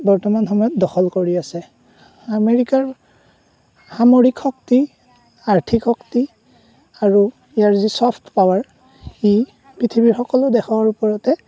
বৰ্তমান সময়ত দখল কৰি আছে আমেৰিকাৰ সামৰিক শক্তি আৰ্থিক শক্তি আৰু ইয়াৰ যি চফ্ট পাৱাৰ সি পৃথিৱীৰ সকলো দেশৰ ওপৰতে